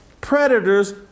predators